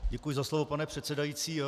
Děkuji za slovo, pane předsedající.